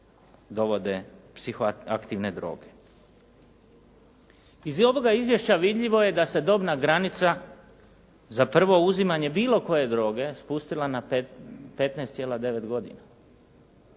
dovode psihoaktivne droge. Iz ovoga izvješća vidljivo je da se dobna granica za prvo uzimanje bilo koje droge, spustila na 15,9 godina.